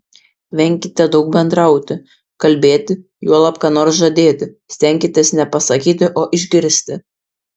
venkite daug bendrauti kalbėti juolab ką nors žadėti stenkitės ne pasakyti o išgirsti